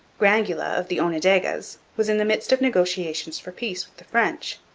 grangula, of the onondagas, was in the midst of negotiations for peace with the french,